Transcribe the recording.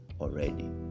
already